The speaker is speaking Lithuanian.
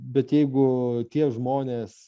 bet jeigu tie žmonės